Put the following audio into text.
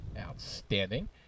Outstanding